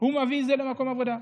הוא מביא למקום העבודה.